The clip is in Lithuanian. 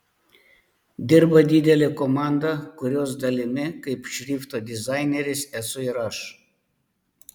dirba didelė komanda kurios dalimi kaip šrifto dizaineris esu ir aš